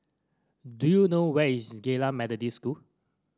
do you know where is Geylang Methodist School